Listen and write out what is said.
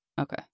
Okay